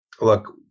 look